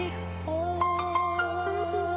home